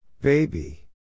Baby